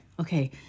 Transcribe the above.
okay